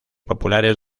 populares